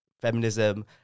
feminism